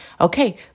Okay